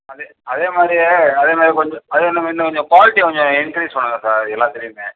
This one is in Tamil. அது அதேமாதிரி அதேமாதிரி கொஞ்சம் அதேமாதிரி இன்னும் கொஞ்சம் குவாலிட்டி கொஞ்சம் இன்க்ரீஸ் பண்ணுங்கள் சார் எல்லாத்துலேயுமே